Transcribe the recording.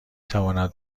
تواند